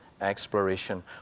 exploration